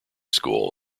school